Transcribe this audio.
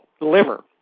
liver